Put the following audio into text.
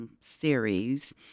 series